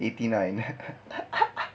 eighty nine